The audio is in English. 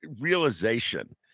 realization